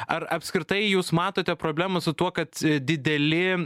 ar apskritai jūs matote problemą su tuo kad dideli